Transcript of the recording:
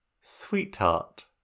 Sweetheart